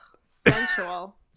sensual